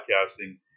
broadcasting